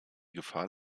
gefahr